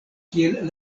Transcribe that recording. kiel